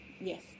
Yes